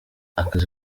akazi